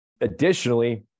Additionally